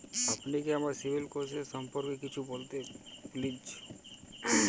আপনি কি আমাকে সিবিল স্কোর সম্পর্কে কিছু বলবেন প্লিজ?